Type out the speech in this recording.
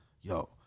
yo